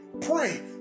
pray